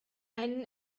einen